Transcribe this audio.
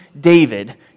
David